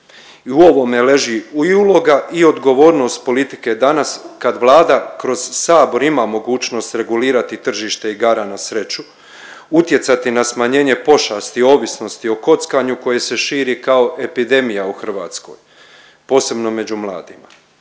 u ovome leži i uloga i odgovornost politike danas kad Vlada kroz Sabor ima mogućnost regulirati tržište igara na sreću, utjecati na smanjenje pošasti ovisnosti o kockanju koje se širi kao epidemija u Hrvatskoj, posebno među mladima.